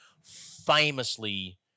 famously